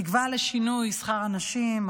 תקווה לשינוי שכר הנשים,